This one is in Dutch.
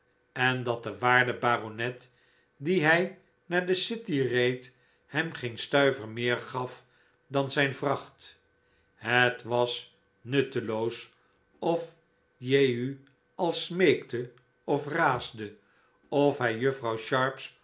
en dat de waarde baronet dien hij naar de city reed hem geen stuiver meer gaf dan zijn vracht het was nutteloos of jehu al smeekte of raasde of hij juffrouw sharp's